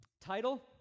title